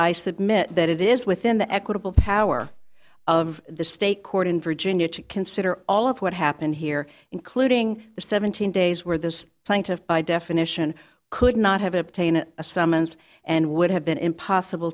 i submit that it is within the equitable power of the state court in virginia to consider all of what happened here including the seventeen days where the plaintiff by definition could not have obtained a summons and would have been impossible